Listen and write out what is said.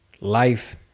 life